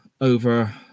over